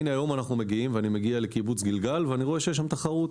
אני מגיע לקיבוץ גלגל בבקעה ואני רואה שיש שם תחרות.